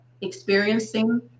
experiencing